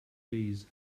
bees